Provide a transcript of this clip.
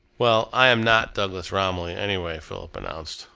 well, i am not douglas romilly, anyway, philip announced.